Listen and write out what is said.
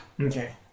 Okay